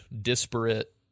disparate